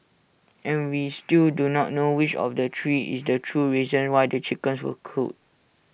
and we still do not know which of the three is the true reason why the chickens were culled